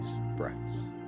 breaths